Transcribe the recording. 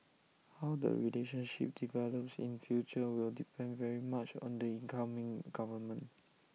how the relationship develops in future will depend very much on the incoming government